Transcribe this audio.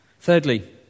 Thirdly